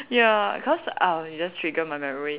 ya cause I'll just trigger my memory